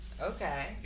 Okay